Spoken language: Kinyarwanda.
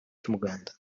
cy’umuganda